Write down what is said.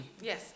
Yes